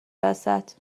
وسط